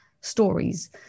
stories